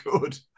good